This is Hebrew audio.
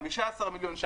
הוא 15 מיליון שקל.